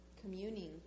Communing